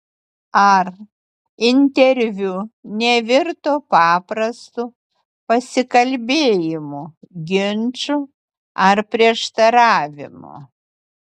ar interviu nevirto paprastu pasikalbėjimu ginču ar prieštaravimu